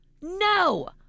No